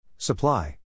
Supply